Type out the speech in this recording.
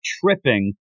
tripping